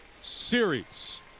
series